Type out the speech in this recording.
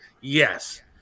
Yes